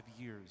years